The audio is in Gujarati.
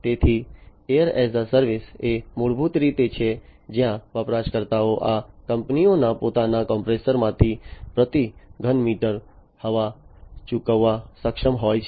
તેથી એર એઝ એ સર્વિસ એ મૂળભૂત રીતે છે જ્યાં વપરાશકર્તાઓ આ કંપનીઓના પોતાના કોમ્પ્રેસરમાંથી પ્રતિ ઘન મીટર હવા ચૂકવવા સક્ષમ હોય છે